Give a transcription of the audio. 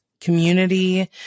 community